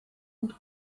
und